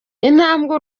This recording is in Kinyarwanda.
intambwe